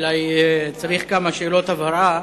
אולי צריך כמה שאלות הבהרה,